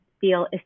feel